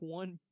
one